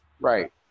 Right